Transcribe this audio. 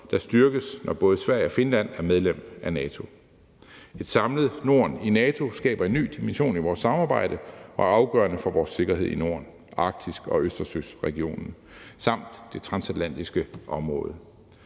der styrkes, når både Sverige og Finland er medlem af NATO. Et samlet Norden i NATO skaber en ny dimension i vores samarbejde og er afgørende for vores sikkerhed i Norden, Arktis og Østersøregionen samt det transatlantiske område.